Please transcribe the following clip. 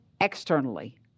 externally